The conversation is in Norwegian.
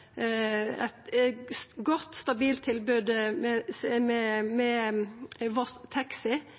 eit godt, stabilt tilbod med